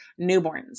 newborns